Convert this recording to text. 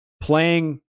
playing